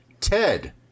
TED